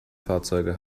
fahrzeuge